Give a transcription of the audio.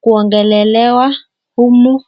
kuongelelewa humu.